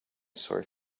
sore